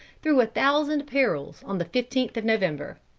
through a thousand perils on the fifteenth of november.